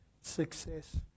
success